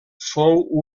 fou